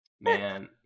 Man